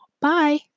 Bye